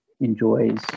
enjoys